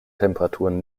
temperaturen